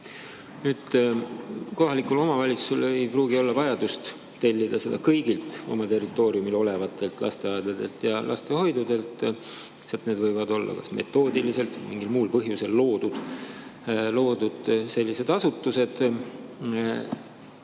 Kohalikul omavalitsusel ei pruugi olla vajadust tellida seda kõigilt oma territooriumil olevatelt lasteaedadelt ja lastehoidudelt. Need võivad olla kas metoodiliselt või mingil muul põhjusel loodud asutused.